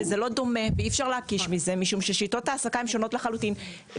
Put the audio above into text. דומה; שיטות ההעסקה הן שונות לחלוטין.